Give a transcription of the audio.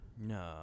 No